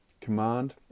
command